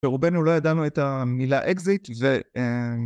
ורובנו לא ידענו את המילה אקזיט